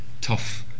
tough